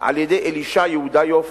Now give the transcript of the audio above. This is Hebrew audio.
על-ידי אלישע יהודיוף